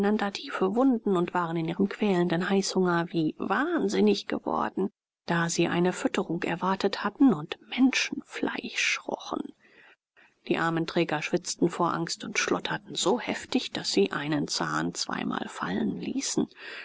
tiefe wunden und waren in ihrem quälenden heißhunger wie wahnsinnig geworden da sie eine fütterung erwartet hatten und menschenfleisch rochen die armen träger schwitzten vor angst und schlotterten so heftig daß sie einen zahn zweimal fallen ließen